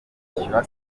kwishyura